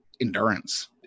endurance